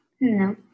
No